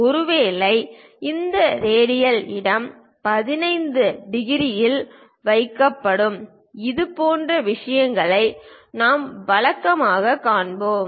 ஒருவேளை இந்த ரேடியல் இடம் 15 டிகிரியில் வைக்கப்பட்டுள்ளது இதுபோன்ற விஷயங்களை நாம் வழக்கமாக காண்பிப்போம்